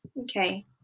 Okay